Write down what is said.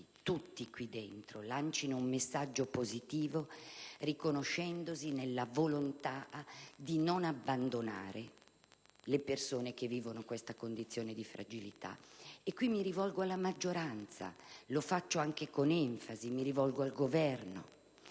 tutti, qui dentro, lancino un messaggio positivo, riconoscendosi nella volontà di non abbandonare le persone che vivono questa condizione di fragilità. Mi rivolgo alla maggioranza, e lo faccio con enfasi, e al Governo,